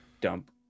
dump